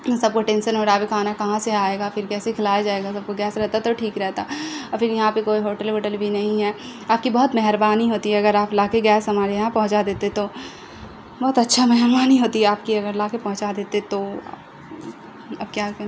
ان سب کو ٹینسن ہو رہا ابھی کھانا کہاں سے آئے گا پھر کیسے کھلایا جائے گا سب کو گیس رہتا تو ٹھیک رہتا اور پھر یہاں پہ کوئی ہوٹل ووٹل بھی نہیں ہے آپ کی بہت مہربانی ہوتی اگر آپ لا کے گیس ہمارے یہاں پہنچا دیتے تو بہت اچھا مہربانی ہوتی آپ کی اگر لا کے پہنچا دیتے تو اب کیا کریں